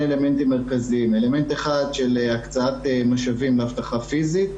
אלמנטים מרכזיים: אלמנט אחד של הקצאת משאבים ואבטחה פיזית,